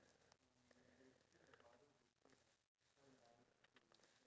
but at the same time sometimes I just feel like it's unfair that